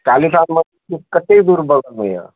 काली स्थान मन्दिर कते दूर बगलमे यऽ